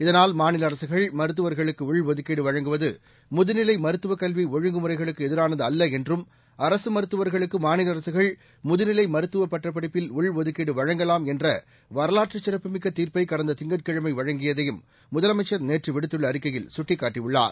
இதனால் மாநில அரசுகள் மருத்துவர்களுக்கு உள்ஒதுக்கீடு வழங்குவது முதுநிலை மருத்துவ கல்வி ஒழுங்குமுறைகளுக்கு எதிரானது அல்ல என்றும் அரசு மருத்துவர்களுக்கு மாநில அரசுகள் முதுநிலை மருத்துவப் பட்டப் படிப்பில் உள்ஒதுகீடு வழங்கவாம் என்ற வரவாற்றுச் சிறப்புமிக்க தீர்ப்பை கடந்த திங்கட்கிழமை வழங்கியதையும் முதலமைச்சர் நேற்று விடுத்துள்ள அறிக்கையில் சுட்டிக்காட்டியுள்ளார்